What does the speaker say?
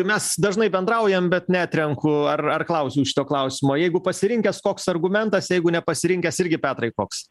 mes dažnai bendraujam bet neatrenku ar ar klausiau šito klausimo jeigu pasirinkęs koks argumentas jeigu nepasirinkęs irgi petrai koks